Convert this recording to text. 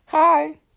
Hi